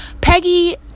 Peggy